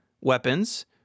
weapons